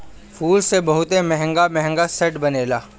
फूल से बहुते महंग महंग सेंट बनेला